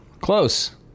Close